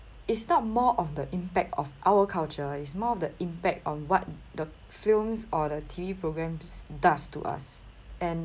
it's not more of the impact of our culture it's more of the impact on what the films or the T_V programmes does to us and